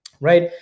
right